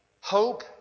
hope